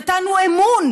נתנו אמון